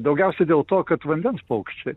daugiausiai dėl to kad vandens paukščiai